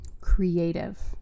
creative